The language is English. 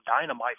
dynamite